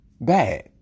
bad